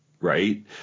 right